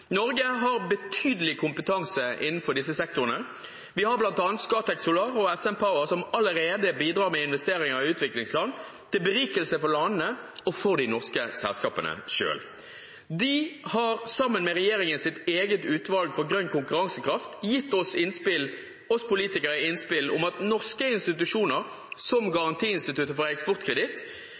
Norge har betydelig kompetanse innenfor disse sektorene. Vi har bl.a. Scatec Solar og SN Power, som allerede bidrar med investeringer i utviklingsland – til berikelse for landene og for de norske selskapene selv. De har, sammen med regjeringens eget utvalg for grønn konkurransekraft, gitt oss politikere innspill om at norske institusjoner, som Garantiinstituttet for eksportkreditt,